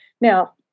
Now